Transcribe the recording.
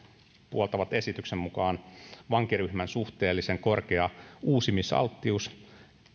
puoltavat esityksen mukaan vankiryhmän suhteellisen korkea uusimisalttius